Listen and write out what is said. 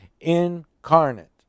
incarnate